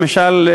למשל,